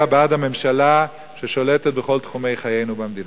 בעד הממשלה ששולטת בכל תחומי חיינו במדינה.